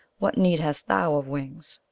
what need hast thou of wings?